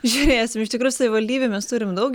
žiūrėsim iš tikrųjų savivaldybių mes turim daug